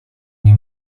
nie